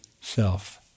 self